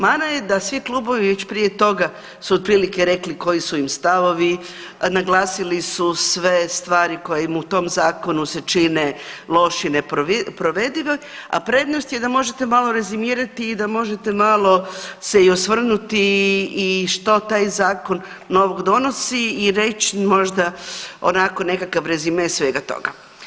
Mana je da svi klubovi već prije toga su otprilike rekli koji su im stavovi, naglasili su sve stvari koje im u tom zakonu se čine loši i neprovedivi, a prednost je da možete malo rezimirati i da možete malo se i osvrnuti i što taj zakon novog donosi i reć možda onako nekakav rezime svega toga.